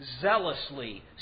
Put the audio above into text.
zealously